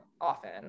often